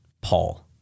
Paul